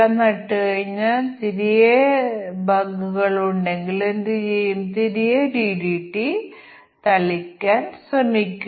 അതിനാൽ ഞങ്ങൾ ഇവിടെ മൂല്യങ്ങൾ എഴുതുന്നു സമാനമായി മറ്റ് പാരാമീറ്ററുകൾക്കായി ഞങ്ങൾ എന്തെങ്കിലും പ്രത്യേക കോമ്പിനേഷനുകൾ കാണുന്നില്ലെങ്കിൽ ഞങ്ങൾ ഇവിടെ അധിക നിയമങ്ങൾ ചേർക്കാൻ ശ്രമിക്കുന്നു